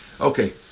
Okay